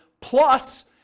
plus